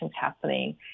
happening